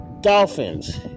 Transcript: Dolphins